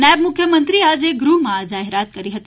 નાયબ મુખ્યમંત્રીશ્રીએ આજે ગૃહમાં આ જાહેરાત કરી હતી